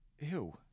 Ew